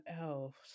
else